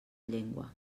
llengua